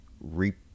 reap